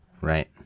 Right